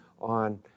on